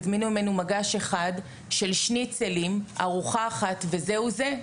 הזמינו ממנו מגש אחד של שניצלים ארוחה אחת וזהו זה.